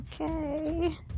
Okay